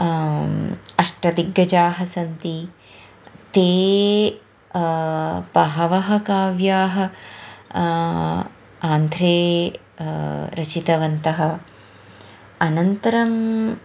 अष्टदिग्गजाः सन्ति ते बहवः काव्यानि आन्ध्रे रचितवन्तः अनन्तरं